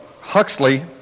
Huxley